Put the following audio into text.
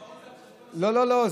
המחמאות זה על חשבון, לא, לא, לא.